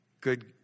good